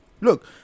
Look